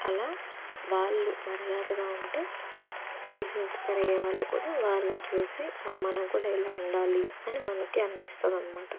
అలా వాళ్ళు మర్యాదగా ఉంటే చూసి ఇన్స్పైర్ అయ్యేవాళ్ళు కూడా వాళ్ళని చూసి ఆ మనం కూడా ఇలా ఉండాలి అని మనకి అనిపిస్తుంది అన్నమాట